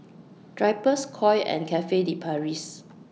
Drypers Koi and Cafe De Paris